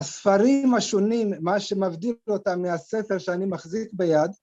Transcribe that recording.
‫הספרים השונים, מה שמבדיל אותם ‫מהספר שאני מחזיק ביד...